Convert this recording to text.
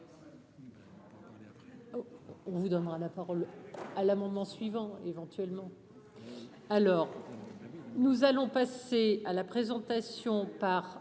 On vous donnera la parole à l'amendement suivant éventuellement alors. En avril. Nous allons passer à la présentation par